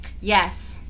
yes